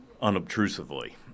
unobtrusively